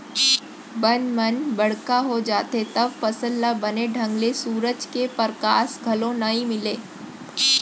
बन मन बड़का हो जाथें तव फसल ल बने ढंग ले सुरूज के परकास घलौ नइ मिलय